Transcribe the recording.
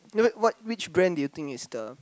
what which brand do you think is the